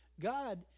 God